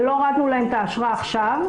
לא הורדנו להן את האשרה עכשיו.